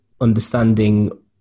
understanding